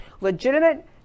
legitimate